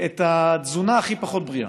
את התזונה הכי פחות בריאה.